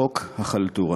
חוק החלטורה,